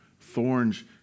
Thorns